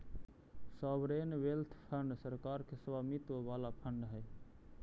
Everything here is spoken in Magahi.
सॉवरेन वेल्थ फंड सरकार के स्वामित्व वाला फंड हई